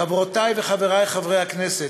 חברותי וחברי חברי הכנסת,